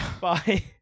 Bye